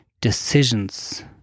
decisions